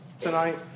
tonight